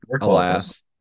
alas